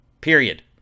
Period